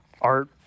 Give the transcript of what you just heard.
art